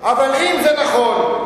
אבל אם זה נכון,